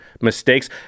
mistakes